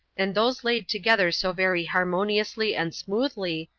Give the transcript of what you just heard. and those laid together so very harmoniously and smoothly,